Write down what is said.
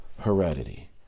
heredity